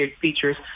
features